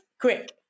quick